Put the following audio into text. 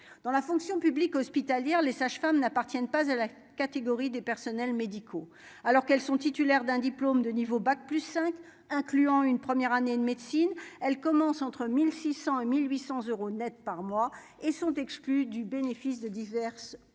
dans la fonction publique hospitalière, les sages-femmes n'appartiennent pas à la catégorie des personnels médicaux, alors qu'elles sont titulaires d'un diplôme de niveau bac plus cinq incluant une première année de médecine, elle commence entre 1600 et 1800 euros Net par mois et sont exclus du bénéfice de diverses